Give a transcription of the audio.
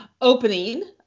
opening